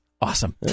Awesome